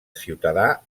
ciutadà